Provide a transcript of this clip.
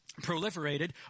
proliferated